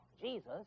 Jesus